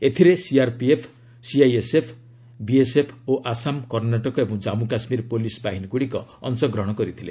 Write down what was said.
ଏଥିରେ CRPF CISF BSF ଓ ଆସାମ କର୍ଣ୍ଣାଟକ ଏବଂ ଜାମ୍ପୁ କାଶ୍ମୀରର ପୁଲିସବାହିନୀ ଗୁଡ଼ିକ ଅଂଶଗ୍ରହଣ କରିଥିଲେ